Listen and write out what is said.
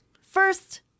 First